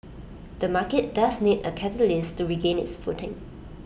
the market does need A catalyst to regain its footing